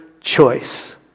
choice